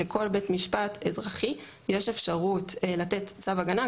שלכל בית משפט אזרחי יש אפשרות לתת צו הגנה,